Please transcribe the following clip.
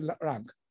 rank